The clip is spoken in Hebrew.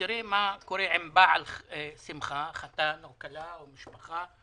מה קורה עם בעל שמחה, חתן או כלה או משפחה.